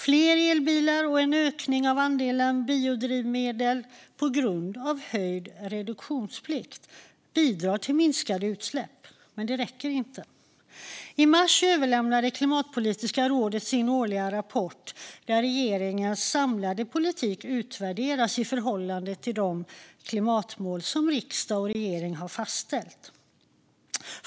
Fler elbilar och en ökning av andelen biodrivmedel på grund av höjd reduktionsplikt bidrar till minskade utsläpp, men det räcker inte. I mars överlämnade Klimatpolitiska rådet sin årliga rapport där regeringens samlade politik utvärderas i förhållande till de klimatmål som riksdag och regering har fastställt.